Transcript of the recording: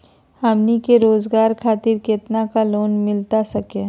हमनी के रोगजागर खातिर कितना का लोन मिलता सके?